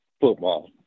football